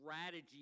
strategy